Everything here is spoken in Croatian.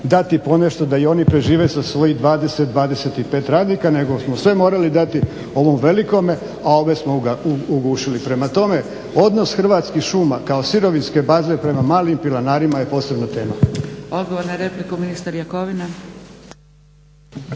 dati ponešto da i oni prežive sa svojih 20, 25 radnika nego smo sve morali dati ovom velikom, a ove smo ugušili. Prema tome, odnos Hrvatskih šuma kao sirovinske baze prema malim pilanarima je posebna tema.